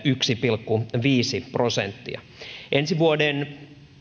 yksi pilkku viisi prosenttia kaksituhattakaksikymmentä ensi vuoden